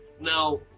Now